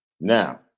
now